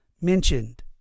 mentioned